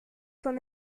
son